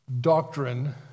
doctrine